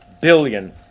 billion